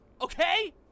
Okay